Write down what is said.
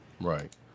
right